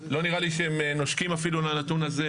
לא נראה שהם נושקים אפילו לנתון הזה,